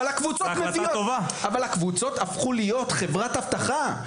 אבל הקבוצות הפכו להיות חברת אבטחה.